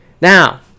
Now